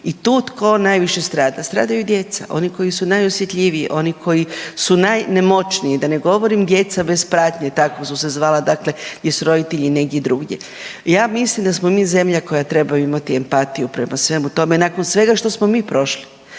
I tu tko najviše strada, stradaju djeca oni koji su najosjetljiviji oni koji su najnemoćniji da ne govorim djeca bez pratnje, tako su se zvala dakle gdje roditelji negdje drugdje. Ja mislim da smo mi zemlja koja treba imati empatiju prema svemu tome nakon svega što smo mi prošli,